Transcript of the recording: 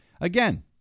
again